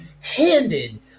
handed